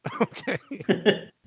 Okay